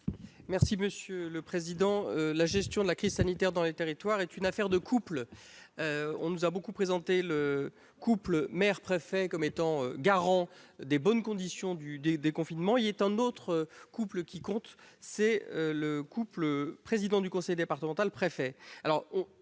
est à M. Jérôme Durain. La gestion de la crise sanitaire dans les territoires est une affaire de couple. On nous a beaucoup présenté le couple maire-préfet comme le garant des bonnes conditions du déconfinement. Mais il est un autre couple qui compte : le couple président du conseil départemental-préfet.